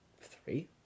three